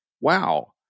wow